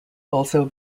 also